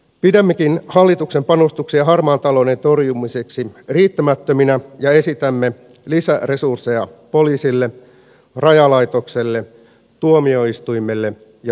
pidämmekin hallituksen panostuksia harmaan talouden torjumiseksi riittämättöminä ja esitämme lisäresursseja poliisille rajalaitokselle tuomioistuimille ja syyttäjälaitokselle